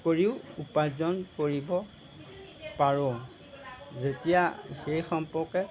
কৰিও উপাৰ্জন কৰিব পাৰোঁ যেতিয়া সেই সম্পৰ্কে